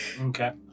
Okay